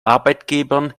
arbeitgebern